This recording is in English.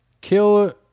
Kill